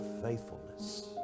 faithfulness